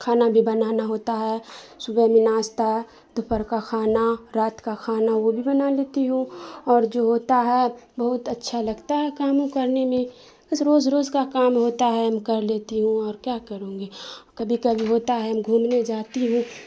کھانا بھی بنانا ہوتا ہے صبح میں ناشتہ دوپہر کا کھانا رات کا کھانا وہ بھی بنا لیتی ہوں اور جو ہوتا ہے بہت اچھا لگتا ہے کامو کرنے میں بس روز روز کا کام ہوتا ہے ہم کر لیتی ہوں اور کیا کروں گی کبھی کبھی ہوتا ہے ہم گھومنے جاتی ہوں